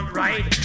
right